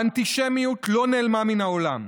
האנטישמיות לא נעלמה מן העולם.